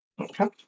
Okay